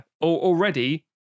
already